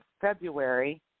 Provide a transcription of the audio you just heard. February